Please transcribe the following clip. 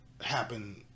happen